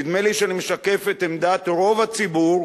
נדמה לי שאני משקף את עמדת רוב הציבור,